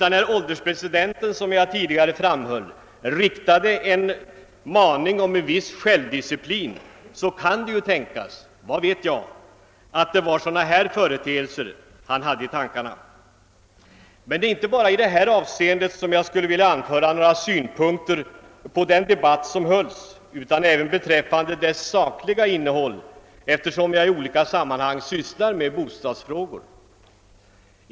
När ålderspresidenten, som jag tidigare framhöll, riktade en maning om en viss självdisciplin kan det ju tänkas — vad vet jag — att det var sådana här företeelser han hade i tankarna. Men det är inte bara i detta avseende som jag skulle vilja anföra några synpunkter på den debatt som hölls utan även beträffande dess sakliga innehåll, eftersom jag i olika sammanhang sysslar med bostadsfrågor.